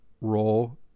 role